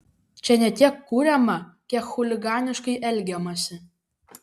čia ne tiek kuriama kiek chuliganiškai elgiamasi